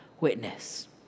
witness